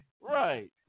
Right